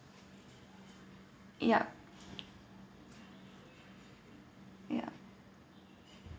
yup ya